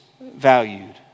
valued